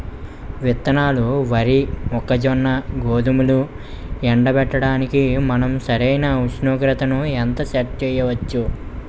విత్తనాలు వరి, మొక్కజొన్న, గోధుమలు ఎండబెట్టడానికి మనం సరైన ఉష్ణోగ్రతను ఎంత సెట్ చేయవచ్చు?